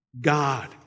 God